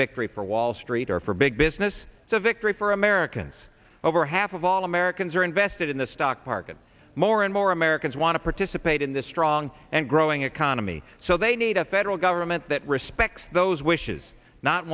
victory for wall street or for big business so a victory for americans over half of all americans are invested in the stock market more and more americans want to participate in the strong and growing economy so they need a federal government that respects those wishes not